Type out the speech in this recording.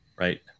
right